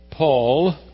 Paul